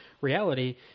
reality